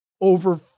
over